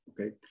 Okay